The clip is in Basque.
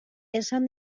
esan